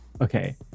Okay